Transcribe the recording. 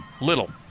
Little